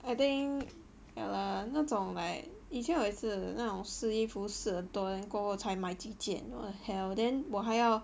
I think ya lah 那种 like 以前我有一次那种试衣服试很多 then 过后才买几件 what the hell then 我还要